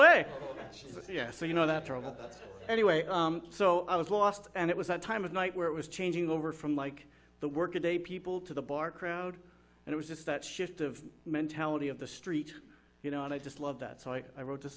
says yes so you know that trouble anyway so i was lost and it was that time of night where it was changing over from like the workaday people to the bar crowd and it was just that shift of mentality of the street you know and i just loved that so i wrote a